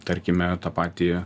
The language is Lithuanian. tarkime tą patį